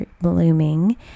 blooming